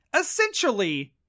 essentially